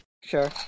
Sure